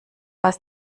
was